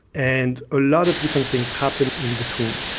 and a lot of different things happen in between.